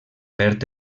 perd